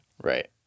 Right